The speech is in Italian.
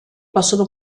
possono